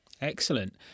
Excellent